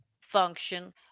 function